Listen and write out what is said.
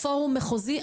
פורום מחוזי.